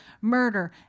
murder